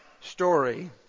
story